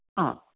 हु